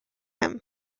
him